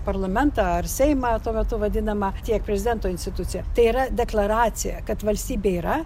parlamentą ar seimą tuo metu vadinamą tiek prezidento instituciją tai yra deklaracija kad valstybė yra